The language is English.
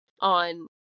on